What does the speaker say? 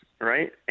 right